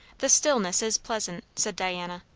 the stillness is pleasant, said diana.